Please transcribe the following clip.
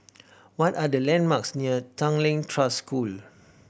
what are the landmarks near Tanglin Trust School